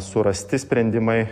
surasti sprendimai